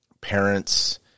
parents